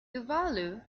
tuvalu